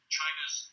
China's